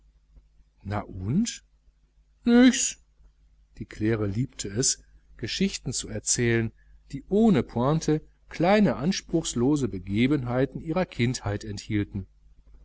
na und nüchs die claire liebte es geschichten zu erzählen die ohne pointe kleine anspruchslose begebenheiten ihrer kindheit enthielten